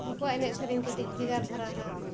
ᱱᱩᱠᱩᱣᱟᱜ ᱮᱱᱮᱡ ᱥᱮᱨᱮᱧ ᱠᱟᱹᱴᱤᱡ ᱵᱷᱮᱜᱟᱨ ᱫᱷᱟᱨᱟ ᱦᱟ